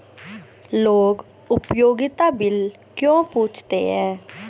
लोग उपयोगिता बिल क्यों पूछते हैं?